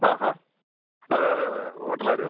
ആ ആ അതെ അതെ അതെ ഹോട്ടൽ ആര്യാസ്